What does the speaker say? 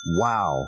Wow